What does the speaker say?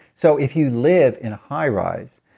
so if you live in a high rise,